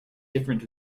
different